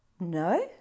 no